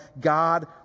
God